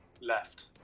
left